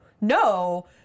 no